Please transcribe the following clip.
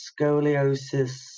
scoliosis